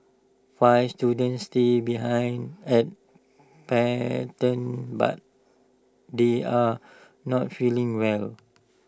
five students stay behind at Pendant but they are not feeling well